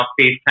FaceTime